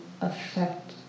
affect